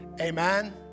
Amen